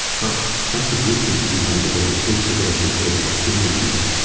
but that's a good thing in some degree. things are getting out there, they are not hidden anymore.